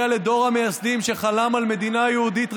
דור המייסדים שחלם על מדינה יהודית ריבונית,